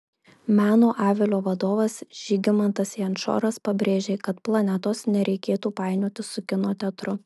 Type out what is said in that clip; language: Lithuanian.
meno avilio vadovas žygimantas jančoras pabrėžė kad planetos nereikėtų painioti su kino teatru